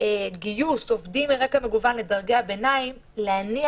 גיוס עובדים מרקע מגוון לדרגי הביניים להניע